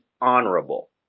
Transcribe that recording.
honorable